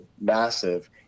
massive